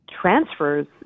transfers